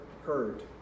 heard